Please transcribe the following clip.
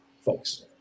folks